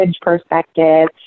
perspective